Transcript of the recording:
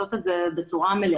לעשות את זה בצורה מלאה,